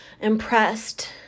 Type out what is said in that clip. impressed